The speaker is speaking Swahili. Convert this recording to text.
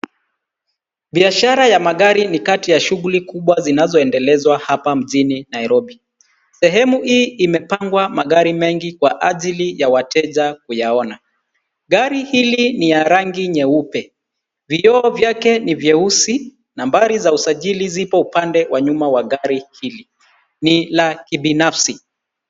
Biashara ya magari ni kati ya shughuli kubwa zinazoendelezwa hapa mjini Nairobi, sehemu hii imepangwa magari mengi kwa ajili ya wateja kuyaona, gari hili ni ya rangi nyeupe vioo vyake ni vyeusi nambari za usajili zipo upande wa nyuma wa gari hili, ni la kibinafisi.